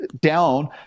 down